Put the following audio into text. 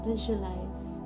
Visualize